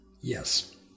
Yes